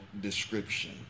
description